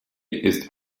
ist